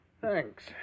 Thanks